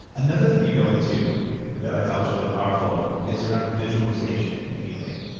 another thing you go into that i thought was really powerful, is around visualization and healing.